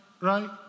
right